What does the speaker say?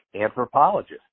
anthropologist